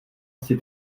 asi